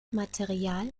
material